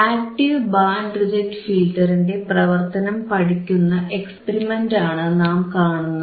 active band reject ഫിൽറ്ററിന്റെ പ്രവർത്തനം പഠിക്കുന്ന എക്സ്പെരിമെന്റാണ് നാം കാണുന്നത്